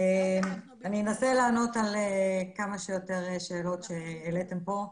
לענות על כמה שיותר שאלות שהעליתם פה.